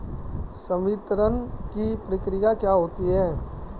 संवितरण की प्रक्रिया क्या होती है?